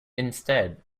instead